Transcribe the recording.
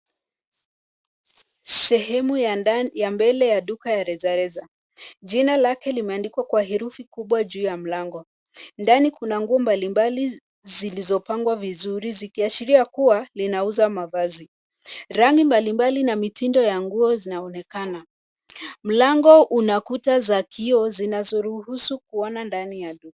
Sehemu ya mbele ya duka la rejareja. Jina lake limeandikwa kwa herufi kubwa juu ya mlango. Ndani kuna nguo mbalimbali zilizopangwa vizuri ikiashiria kuwa linauza mavazi. Rangi mbalimbali na mitindo ya nguo zinaonekana. Mlango una kuta za kioo zinazoruhusu kuona ndani ya duka.